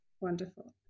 wonderful